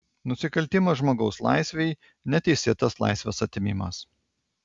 nusikaltimas žmogaus laisvei neteisėtas laisvės atėmimas